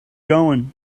going